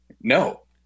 no